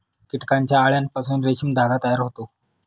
कीटकांच्या अळ्यांपासून रेशीम धागा तयार होतो